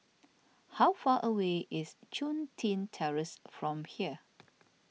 how far away is Chun Tin Terrace from here